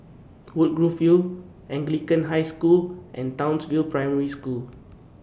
Woodgrove View Anglican High School and Townsville Primary School